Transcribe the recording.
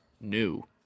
New